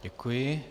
Děkuji.